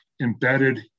embedded